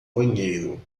banheiro